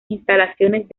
instalaciones